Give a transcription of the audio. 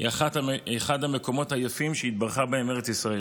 היא אחד המקומות היפים שהתברכה בהם ארץ ישראל.